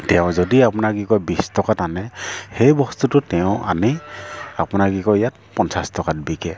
তেওঁ যদি আপোনাৰ কি কয় বিছ টকাত আনে সেই বস্তুটো তেওঁ আনি আপোনাৰ কি কয় ইয়াত পঞ্চাছ টকাত বিকে